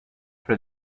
for